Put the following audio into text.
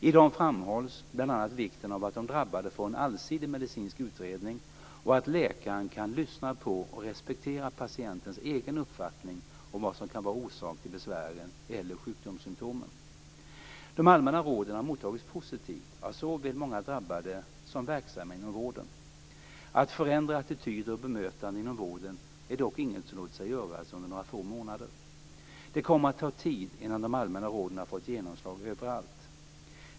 I dem framhålls bl.a. vikten av att de drabbade får en allsidig medicinsk utredning och att läkaren kan lyssna på och respektera patientens egen uppfattning om vad som kan vara orsak till besvären eller sjukdomssymtomen. De allmänna råden har mottagits positivt av såväl många drabbade som verksamma inom vården. Att förändra attityder och bemötande inom vården är dock inget som låter sig göras under några få månader. Det kommer att ta tid innan de allmänna råden har fått genomslag överallt.